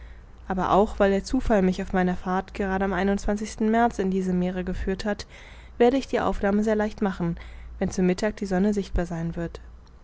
aber auch weil der zufall mich auf meiner fahrt gerade am märz in diese meere geführt hat werde ich die aufnahme sehr leicht machen wenn zu mittag die sonne sichtbar sein wird